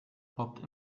poppt